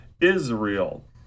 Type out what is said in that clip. Israel